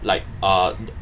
like uh